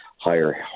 higher